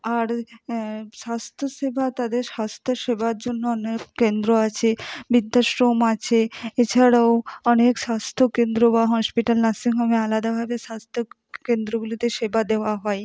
আর স্বাস্থ্যসেবা তাদের স্বাস্থ্যের সেবার জন্য অনেক কেন্দ্র আছে বৃদ্ধাশ্রম আছে এছাড়াও অনেক স্বাস্থ্যকেন্দ্র বা হসপিটাল নার্সিংহোমে আলাদাভাবে স্বাস্থ্যকেন্দ্রগুলিতে সেবা দেওয়া হয়